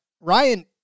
Ryan